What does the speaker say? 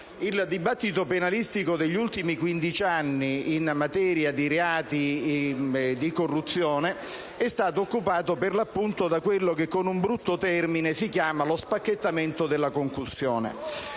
Il dibattito penalistico degli ultimi quindici anni in materia di reati di corruzione è stato occupato, per l'appunto, da quello che, con un brutto termine, si chiama lo spacchettamento della concussione,